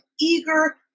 eager